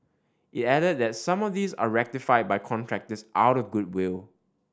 it added that some of these are rectified by contractors out of goodwill